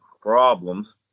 problems